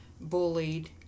bullied